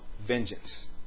vengeance